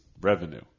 revenue